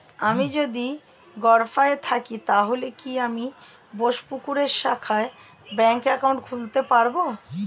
আমি যদি গরফায়ে থাকি তাহলে কি আমি বোসপুকুরের শাখায় ব্যঙ্ক একাউন্ট খুলতে পারবো?